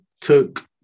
took